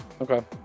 okay